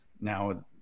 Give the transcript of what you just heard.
now